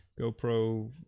GoPro